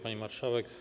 Pani Marszałek!